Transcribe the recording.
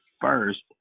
first